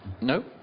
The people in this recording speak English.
no